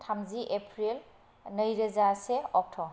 थामजि एप्रिल नैरोजा से अक्ट'